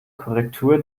korrektur